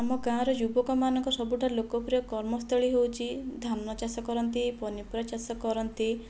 ଆମ ଗାଁର ଯୁବକମାନଙ୍କ ସବୁଠାରୁ ଲୋକପ୍ରିୟ କର୍ମସ୍ଥଳୀ ହେଉଛି ଧାନ ଚାଷ କରନ୍ତି ପନିପରିବା ଚାଷ କରନ୍ତି